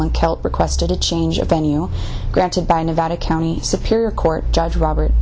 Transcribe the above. celt requested a change of venue granted by nevada county superior court judge robert